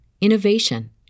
innovation